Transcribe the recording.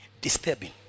disturbing